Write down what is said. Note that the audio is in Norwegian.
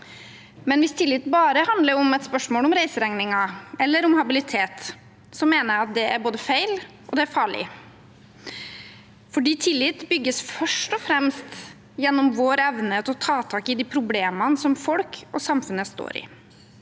Men hvis tillit bare handler om et spørsmål om reiseregninger, eller om habilitet, mener jeg at det både er feil og farlig, for tillit bygges først og fremst gjennom vår evne til å ta tak i de problemene som folk og samfunnet står i,